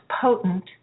potent